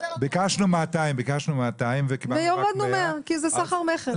ביקשנו 200. והורדנו 200 כי זה סחר מכר.